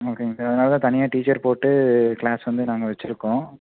ஓகேங்க சார் அதனால் தான் தனியாக டீச்சர் போட்டு கிளாஸ் வந்து நாங்கள் வச்சிருக்கோம்